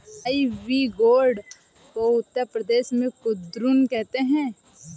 ivy gourd को उत्तर प्रदेश में कुद्रुन कहते हैं